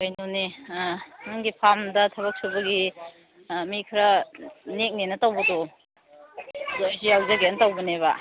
ꯀꯩꯅꯣꯅꯦ ꯅꯪꯒꯤ ꯐꯥꯝꯗ ꯊꯕꯛ ꯁꯨꯕꯒꯤ ꯃꯤ ꯈꯔ ꯅꯦꯛꯀꯅꯦꯅ ꯇꯧꯕꯗꯣ ꯑꯗꯣ ꯑꯩꯁꯦ ꯌꯥꯎꯖꯒꯦꯅ ꯇꯧꯕꯅꯦꯕ